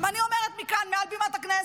גם אני אומרת מכאן מעל במת הכנסת: